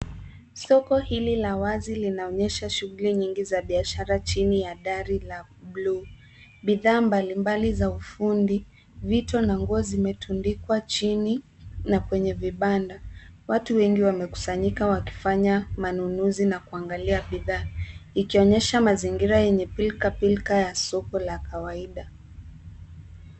Soko hili la wazi linaonyesha shughuli nyingi za biashara chini dari la buluu. Bidhaa mbali mbali za ufundi. Vitu na nguo zimetundikwa chini na kwenye vibanda. Watu wengi wamekusanyika wakifanya manunuzi na kuangalia bidhaa. Ikionyesha mazingira yenye pilka pilka ya soko la kawaida.